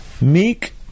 meek